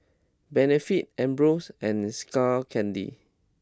Benefit Ambros and Skull Candy